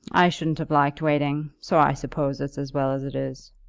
i shouldn't have liked waiting so i suppose it's as well as it is.